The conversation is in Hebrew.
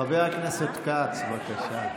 חבר הכנסת כץ, בבקשה.